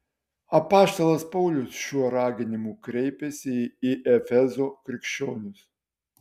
apaštalas paulius šiuo raginimu kreipiasi į efezo krikščionis